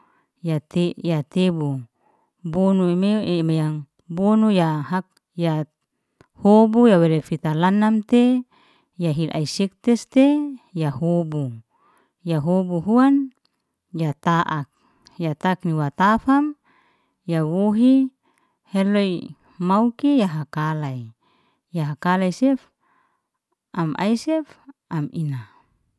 Ya te ya tebu bonu imeu im yang bonu ya hak, ya hobu ya were fitalanam te ya hil ai siktes tei ya hobu, ya hobu huan ya taat, ya tak ni wa tafam ya wohi heloy mauki ya hakalay, ya hakalay sef, ai am sef am ina.